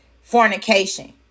fornication